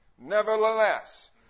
Nevertheless